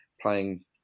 playing